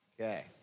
Okay